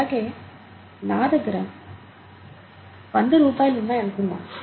అలాగే నా దగ్గర వంద రూపాయలు ఉన్నాయి అనుకుందాం